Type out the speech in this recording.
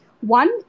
One